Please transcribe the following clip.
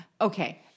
okay